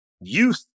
youth